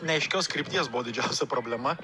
neaiškios krypties buvo didžiausia problema